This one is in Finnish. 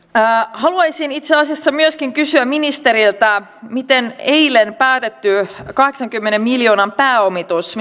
haluaisin itse asiassa myöskin kysyä ministeriltä mitä eilen päätetty kahdeksankymmenen miljoonan pääomitus